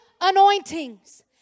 anointings